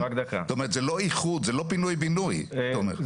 זאת אומרת זה לא איחוד, זה לא פינוי בינוי, תומר.